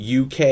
UK